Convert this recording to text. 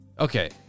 Okay